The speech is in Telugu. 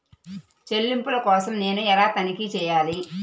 చెల్లింపుల కోసం నేను ఎలా తనిఖీ చేయాలి?